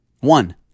One